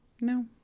no